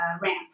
ramp